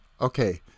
okay